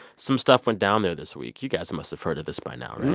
some stuff went down there this week. you guys must have heard of this by now, right?